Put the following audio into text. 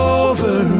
over